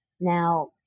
now